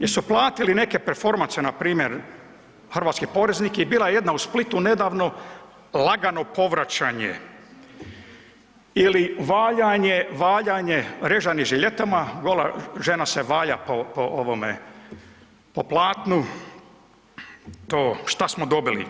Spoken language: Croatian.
Jesu platili neke performanse npr. hrvatski poreznik je bila jedna u Splitu nedavno lagano povraćanje ili valjanje, valjanje, rezanje žiletama, gola žena se valja po, po ovome, po platnu, to, šta smo dobili?